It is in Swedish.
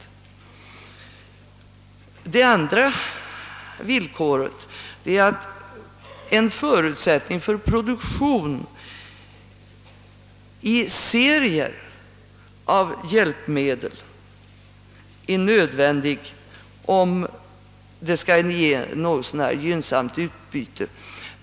Det andra villkoret är en produktion i serier av hjälpmedel, som är nödvändig för att ge ett något så när gynnsamt ekonomiskt utbyte.